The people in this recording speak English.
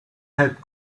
had